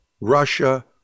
Russia